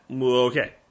okay